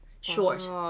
short